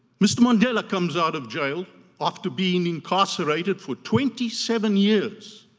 mr. mandela comes out of jail after being incarcerated for twenty seven years